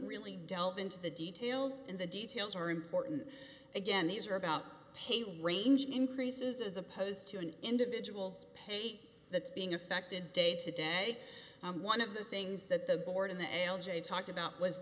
really delve into the details and the details are important again these are about pay range increases as opposed to an individual's pay that's being affected day to day one of the things that the board in the l j talked about was